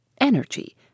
Energy